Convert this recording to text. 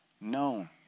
known